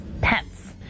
pets